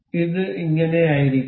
ഇത് ഇങ്ങനെയായിരിക്കണം